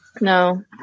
no